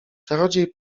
czarodziej